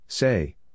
Say